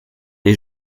les